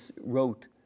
wrote